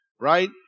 right